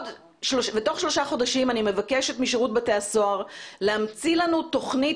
ותוך שלושה חודשים אני מבקשת משירות בתי הסוהר להמציא לנו תוכנית,